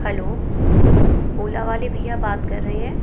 hello Ola वाले भैया बात कर रहे हैं